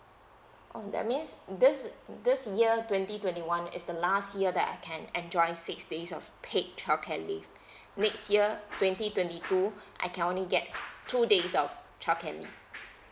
oh that means this this year twenty twenty one is the last year that I can enjoy six days of paid childcare leave next year twenty twenty two I can only get two days of childcare leave